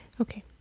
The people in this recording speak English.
Okay